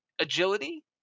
agility